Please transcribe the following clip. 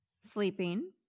Sleeping